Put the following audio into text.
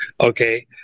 okay